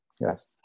Yes